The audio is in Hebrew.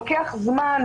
לוקח זמן,